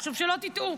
עכשיו, שלא תטעו,